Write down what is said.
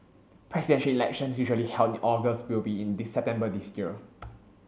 Presidential Elections usually held in August will be in this September this year